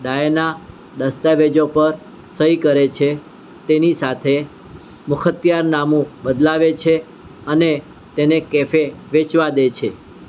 Diana દસ્તાવેજો પર સહી કરે છે તેની સાથે મુખત્યારનામું બદલાવે છે અને તેને કેફે વેચવા દે છે